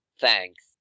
thanks